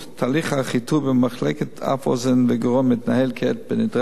תהליך החיטוי במחלקת אף-אוזן-גרון מתנהל כעת כנדרש,